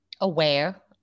aware